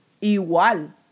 igual